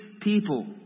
people